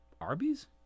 Arby's